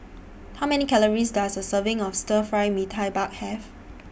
How Many Calories Does A Serving of Stir Fry Mee Tai Mak Have